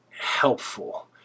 helpful